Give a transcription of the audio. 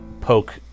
poke